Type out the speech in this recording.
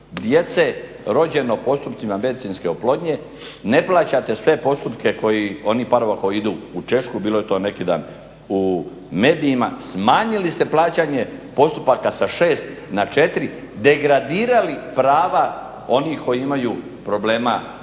djece rođeno postupcima medicinske oplodnje, ne plaćate sve postupke koji, onih parova koji idu u Češku, bilo je to neki dan u medijima, smanjili ste plaćanje postupaka sa šest na četiri, degradirali prava onih koji imaju problema sa